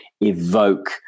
evoke